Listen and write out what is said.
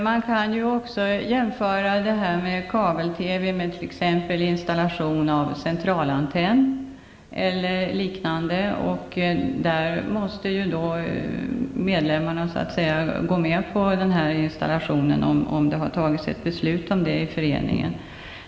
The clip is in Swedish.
Fru talman! Man kan jämföra anslutning till kabel Medlemmarna måste ju gå med på installationen om det har fattats ett sådant beslut i föreningen.